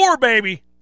baby